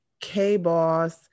K-Boss